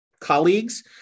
colleagues